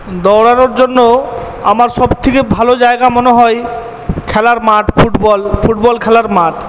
দৌড়ানোর জন্য আমার সব থেকে ভালো জায়গা মনে হয় খেলার মাঠ ফুটবল ফুটবল খেলার মাঠ